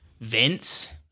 Vince